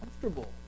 comfortable